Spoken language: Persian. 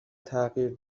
تغییر